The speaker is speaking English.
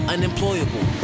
Unemployable